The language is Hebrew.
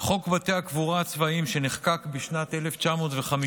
חוק בתי הקבורה הצבאיים, שנחקק בשנת 1950,